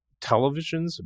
televisions